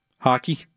hockey